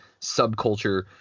subculture